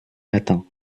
matin